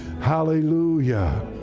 Hallelujah